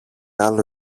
άλλο